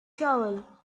shovel